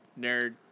Nerd